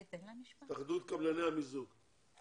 התאחדות קבלני המיזוג.